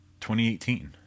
2018